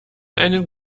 einen